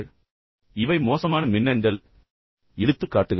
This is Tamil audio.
அவற்றில் பெரும்பாலானவை மோசமான மின்னஞ்சல் எடுத்துக்காட்டுகள்